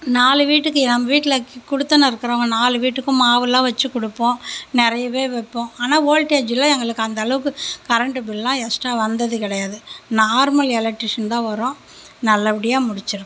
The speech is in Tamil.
நாலு வீட்டுக்கு ஏன் வீட்டில குடித்தனம் இருக்குறவங்க நாலு வீட்டுக்கும் மாவுலாம் வச்சு கொடுப்போம் நிறையவே வைப்போம் ஆனால் ஓல்டேஜ்ஜுலாம் எங்களுக்கு அந்தளவுக்கு கரண்ட்டு பில்லுலாம் எஸ்ட்டா வந்தது கிடையாது நார்மல் எலக்ட்ரிஷன் தான் வரும் நல்லபடியாக முடிச்சுருக்கோம்